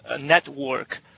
network